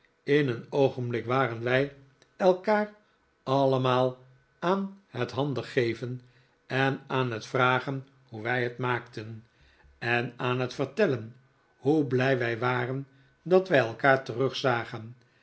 in een oogenblik waren wij elkaar allemaal aan het handen geven en aan het vragen hoe wij het maakten en aan het vertellen hoe blij wij waren dat wij elkaar terugzagen